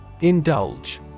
Indulge